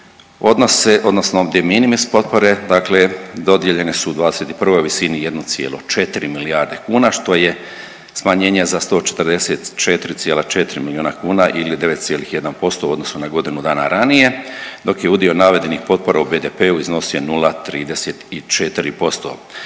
odnosno de minimis potpore, dakle dodijeljene su u '21. u visini 1,4 milijarde kuna, što je smanjenje za 144,4 milijuna kuna ili 9,1% u odnosu na godinu dana ranije, dok je udio navedenih potpora u BDP-u iznosio 0,34%.